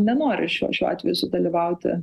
nenori šiuo šiuo atveju sudalyvauti